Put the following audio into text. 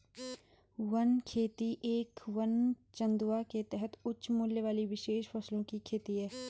one खेती एक वन चंदवा के तहत उच्च मूल्य वाली विशेष फसलों की खेती है